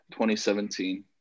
2017